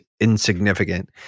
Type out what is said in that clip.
insignificant